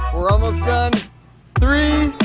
we're almost done three-two-one,